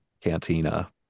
Cantina